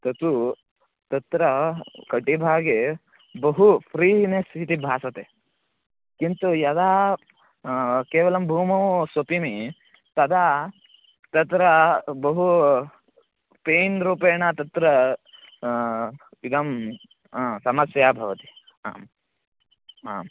तत्तु तत्र कटभागे बहु फ़्रीनेस् इति भासते किन्तु यदा केवलं भूमौ स्वपिमि तदा तत्र बहू पेन् रूपेण तत्र इदम् आ समस्या भवति आम् आम्